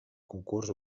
concurs